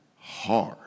hard